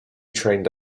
trained